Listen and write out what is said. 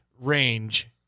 range